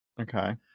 Okay